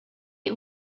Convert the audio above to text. eat